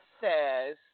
says